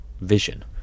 vision